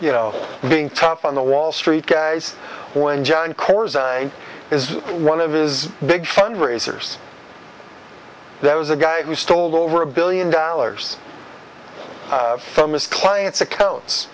you know being tough on the wall street guys when john corps is one of his big fundraisers there was a guy who stole over a billion dollars from his client's accounts